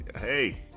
Hey